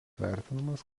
vertinamas